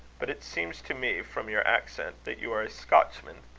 but it seems to me, from your accent, that you are a scotchman.